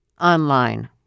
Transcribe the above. online